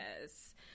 Yes